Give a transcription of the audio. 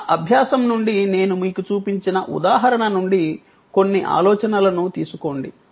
మన అభ్యాసం నుండి నేను మీకు చూపించిన ఉదాహరణ నుండి కొన్ని ఆలోచనలను తీసుకోండి